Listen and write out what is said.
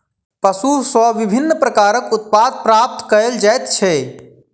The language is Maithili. पशु सॅ विभिन्न प्रकारक उत्पाद प्राप्त कयल जाइत छै